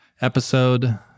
episode